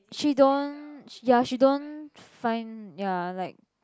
she don't ya she don't find ya like